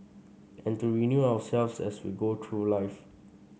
and to renew ourselves as we go through life